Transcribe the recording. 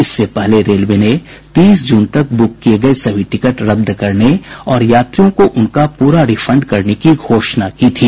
इससे पहले रेलवे ने तीस जून तक बुक किए गए सभी टिकट रद्द करने और यात्रियों को उनका पूरा रिफंड करने की घोषणा की थी